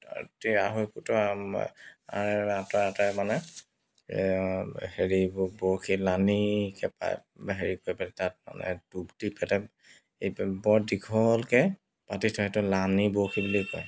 আঢ়ৈ ফুটৰ আৰে আৰে আঁতৰে আঁতৰে মানে হেৰি এইবোৰ বৰশী লানি হেৰি কৰি পেলাই তাত মানে ডুব দি পেলাই বৰ দীঘলকৈ পাতি থয় সেইটো লানি বৰশী বুলি কয়